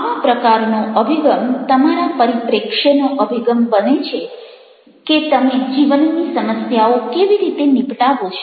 આવા પ્રકારનો અભિગમ તમારા પરિપ્રેક્ષ્યનો અભિગમ બને છે કે તમે જીવનની સમસ્યાઓ કેવી રીતે નીપટાવો છો